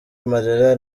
amarira